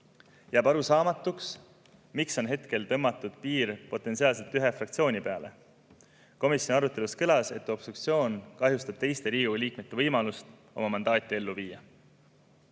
Jääb arusaamatuks, miks on hetkel tõmmatud piir potentsiaalselt ühe fraktsiooni juurde. Komisjoni aruteludes kõlas, et obstruktsioon kahjustab teiste Riigikogu liikmete võimalust oma mandaati ellu viia.